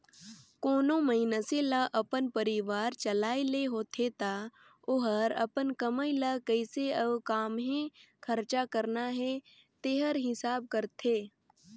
कोनो मइनसे ल अपन परिवार चलाए ले होथे ता ओहर अपन कमई ल कइसे अउ काम्हें खरचा करना हे तेकर हिसाब करथे